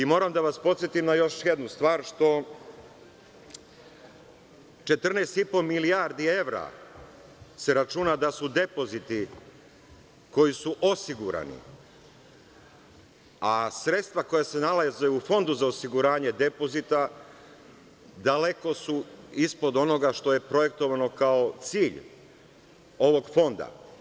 Moram da vas podsetim na još jednu stvar, što 14,5 milijardi evra se računa da su depoziti koji su osigurani, a sredstva koja se nalaze u Fondu za osiguranje depozita daleko su ispod onoga što je projektovano kao cilj ovog Fonda.